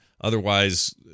otherwise